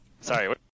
Sorry